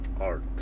art